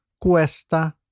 cuesta